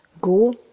Go